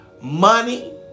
Money